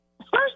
First